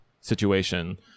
situation